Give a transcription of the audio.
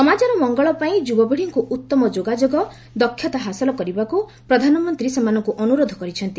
ସମାଜର ମଙ୍ଗଳପାଇଁ ଯୁବପିଢ଼ିକୁ ଉତ୍ତମ ଯୋଗାଯୋଗ ଦକ୍ଷତା ହାସଲ କରିବାକୁ ପ୍ରଧାନମନ୍ତ୍ରୀ ସେମାନଙ୍କୁ ଅନୁରୋଧ କରିଛନ୍ତି